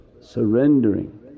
surrendering